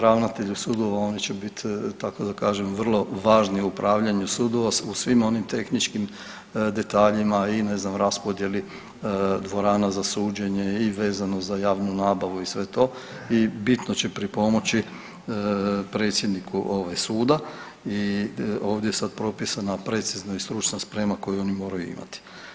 Ravnatelji sudova oni će biti tako da kažem vrlo važni u upravljanju sudova u svim onim tehničkim detaljima i ne znam raspodjeli dvorana za suđenje i vezano za javnu nabavu i sve to i bitno će pripomoći predsjedniku suda i ovdje je sad propisana precizno i stručna sprema koju oni moraju imati.